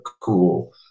cool